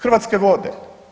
Hrvatske vode.